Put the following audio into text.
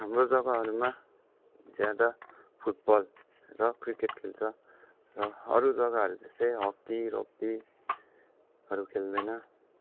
हाम्रो जग्गाहरूमा ज्यादा फुटबल र क्रिकेट खेल्छ र अरू जग्गाहरू जस्तै हक्की रक्बीहरू खेल्दैन